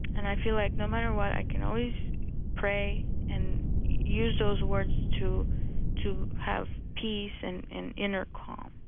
and i feel like, no matter what, i can always pray and use those words to to have peace and and inner calm